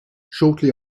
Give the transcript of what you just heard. shortly